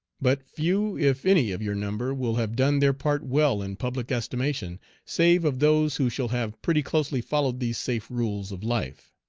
but few, if any of your number, will have done their part well in public estimation save of those who shall have pretty closely followed these safe rules of life.